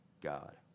God